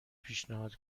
پیشنهاد